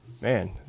man